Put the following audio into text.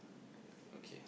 okay